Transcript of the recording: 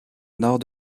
nord